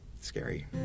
scary